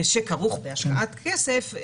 שכרוך בהשקעת כסף,